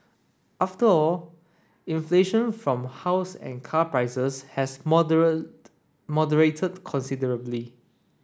after all inflation from house and car prices has moderated considerably